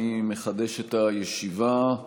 אני מחדש את הישיבה.